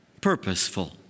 purposeful